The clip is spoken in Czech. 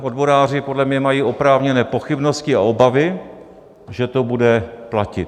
Odboráři podle mě mají oprávněné pochybnosti a obavy, že to bude platit.